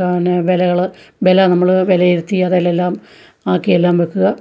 പിന്നെ വിലകള് വില നമ്മള് വിലയിരുത്തി അതെലെല്ലാം ആക്കിയെല്ലാം വെക്കുക